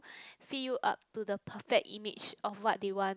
fit you up to the perfect image of what they want